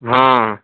ہاں